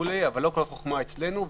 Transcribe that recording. אבל לא כל החוכמה אצלנו.